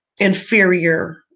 inferior